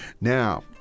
Now